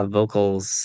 Vocals